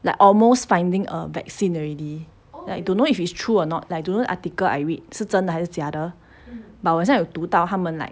like almost finding a vaccine already but I don't know if it's true or not don't know article I read 是真的还是假的 but 我好像有读到他们 like